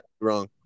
wrong